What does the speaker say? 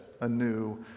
anew